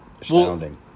astounding